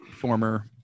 Former